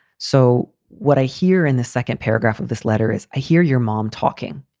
so what i hear in the second paragraph of this letter is i hear your mom talking.